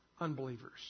unbelievers